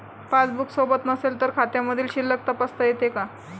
Passbook सोबत नसेल तर खात्यामधील शिल्लक तपासता येते का?